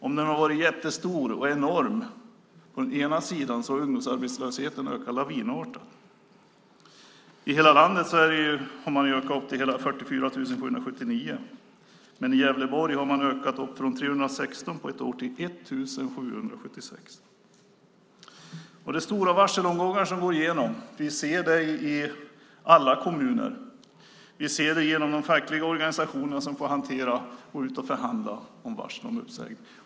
Om den har varit jättestor och enorm på den ena sidan har ungdomsarbetslösheten ökat lavinartat. I hela landet har den ökat till hela 44 779. Men i Gävleborg har den på ett år ökat med 316 till 1 776. Det är stora varselomgångar som går igenom. Vi ser det i alla kommuner. Vi ser det genom de fackliga organisationerna, som får hantera och förhandla om varsel om uppsägning.